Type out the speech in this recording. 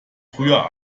früher